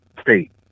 state